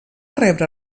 rebre